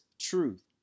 truth